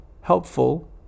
helpful